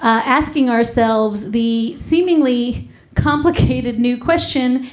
asking ourselves the seemingly complicated new question,